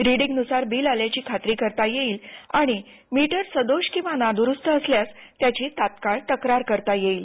रिडींगनुसार bill आल्याची खात्री करता येईल आणि मीटर सदोष किंवा नादुरुस्त असल्यास त्याची तत्काळ तक्रार करता येईल